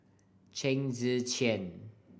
Chen Tze Chien